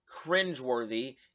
cringeworthy